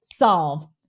solve